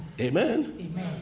Amen